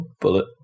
bullet